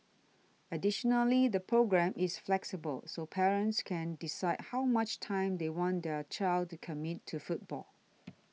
additionally the programme is flexible so parents can decide how much time they want their child to commit to football